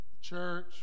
church